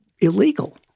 illegal